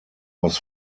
was